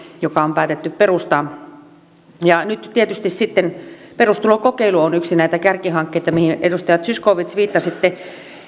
joka on päätetty perustaa nyt tietysti perustulokokeilu on yksi näitä kärkihankkeita mihin edustaja zyskowicz viittasitte